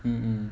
mm